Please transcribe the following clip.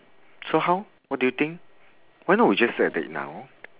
so how what do you think why not we just set a date now